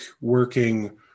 working